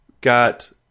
got